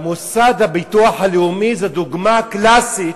המוסד לביטוח לאומי הוא דוגמה קלאסית.